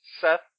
Seth